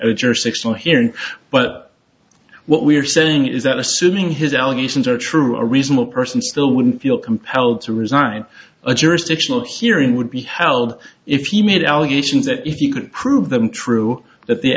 jurisdictional hearing but what we're saying is that assuming his allegations are true a reasonable person still wouldn't feel compelled to resign a jurisdictional hearing would be held if you made allegations that if you could prove them true that they